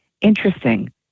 interesting